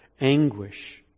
anguish